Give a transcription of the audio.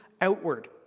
outward